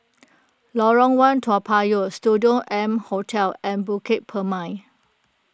Lorong one Toa Payoh Studio M Hotel and Bukit Purmei